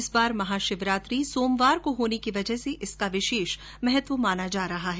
इस बार महाशिवरात्रि सोमवार को होने की वजह से इसका विशेष महत्व माना जा रहा है